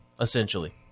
essentially